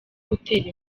gutera